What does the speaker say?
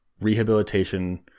rehabilitation